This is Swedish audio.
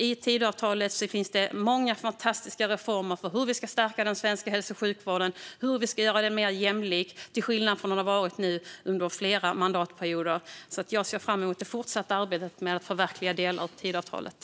I Tidöavtalet finns många fantastiska reformer för att stärka den svenska hälso och sjukvården och göra den mer jämlik, till skillnad från hur det har varit nu under flera mandatperioder. Jag ser fram emot det fortsatta arbetet med att förverkliga delar av Tidöavtalet.